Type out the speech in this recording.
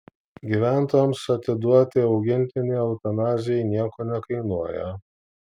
gyventojams atiduoti augintinį eutanazijai nieko nekainuoja